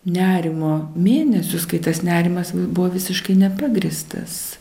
nerimo mėnesius kai tas nerimas buvo visiškai nepagrįstas